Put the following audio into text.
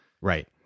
Right